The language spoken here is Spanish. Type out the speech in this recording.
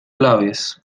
alabes